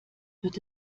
wird